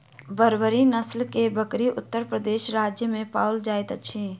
बर्बरी नस्ल के बकरी उत्तर प्रदेश राज्य में पाओल जाइत अछि